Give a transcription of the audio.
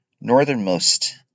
northernmost